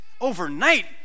overnight